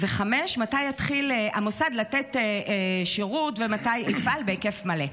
5. מתי יתחיל המוסד לתת שירות ומתי יפעל בהיקף מלא?